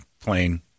plane